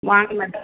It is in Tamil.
வாங்க மேடம்